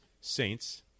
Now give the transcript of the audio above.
Saints